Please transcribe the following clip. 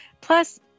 Plus